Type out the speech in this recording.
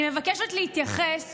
אני מבקשת להתייחס